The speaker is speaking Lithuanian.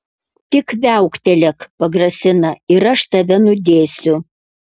tik viauktelėk pagrasina ir aš tave nudėsiu